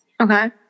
Okay